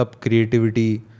creativity